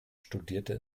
studierte